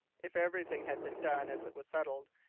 if everything had been done as it was settled,